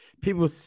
people